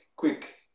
Quick